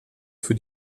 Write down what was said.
für